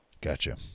Gotcha